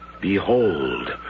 Behold